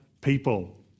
people